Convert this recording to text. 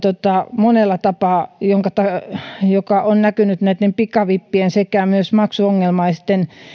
monella tapaa joka on näkynyt näitten pikavippien sekä myös maksuongelmaisten